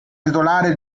titolare